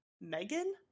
Megan